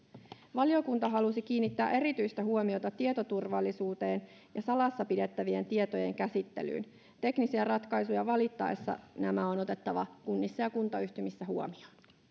valiokunta halusi kiinnittää erityistä huomiota tietoturvallisuuteen ja salassa pidettävien tietojen käsittelyyn teknisiä ratkaisuja valittaessa nämä on otettava kunnissa ja kuntayhtymissä huomioon